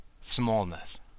smallness